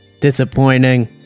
Disappointing